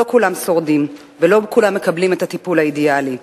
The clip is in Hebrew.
לא כולם שורדים ולא כולם מקבלים את הטיפול האידיאלי.